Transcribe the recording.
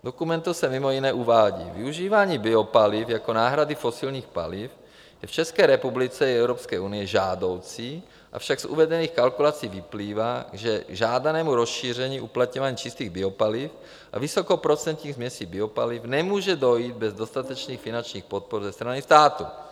V dokumentu se mimo jiné uvádí: Využívání biopaliv jako náhrady fosilních paliv je v České republice i v Evropské unii žádoucí, avšak z uvedených kalkulací vyplývá, že k žádanému rozšíření v uplatňování čistých biopaliv a vysokoprocentních směsí biopaliv nemůže dojít bez dostatečných finančních podpor ze strany státu.